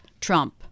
Trump